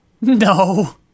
No